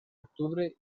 octubre